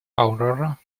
aurora